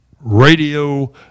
Radio